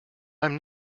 i’m